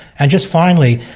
and just finally,